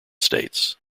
states